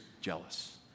jealous